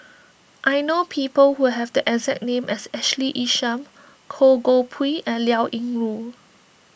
I know people who have the exact name as Ashley Isham Goh Koh Pui and Liao Yingru